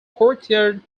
courtyard